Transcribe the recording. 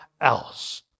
else